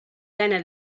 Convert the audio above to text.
gana